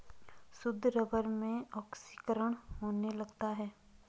शुद्ध रबर में ऑक्सीकरण होने लगता है